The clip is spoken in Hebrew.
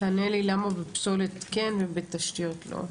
תענה לי למה בפסולת כן ובתשתיות לא,